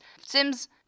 Sims